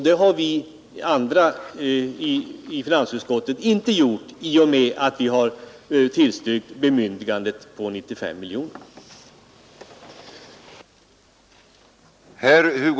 Det har vi andra i finansutskottet inte gjort i och med att vi har tillstyrkt bemyndiganden på 95 miljoner kronor!